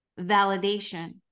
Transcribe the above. validation